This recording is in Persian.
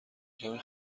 کمی